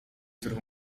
którą